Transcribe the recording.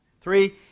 Three